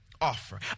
offer